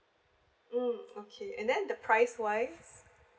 mm okay and then the price wise